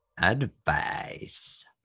advice